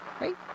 right